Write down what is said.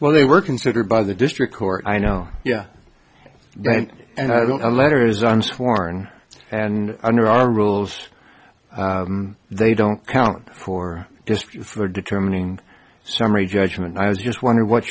well they were considered by the district court i know yeah and i don't know letters i'm sworn and under our rules they don't count for just for determining summary judgment i was just wondering what